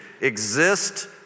exist